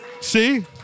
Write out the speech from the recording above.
See